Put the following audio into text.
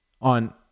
on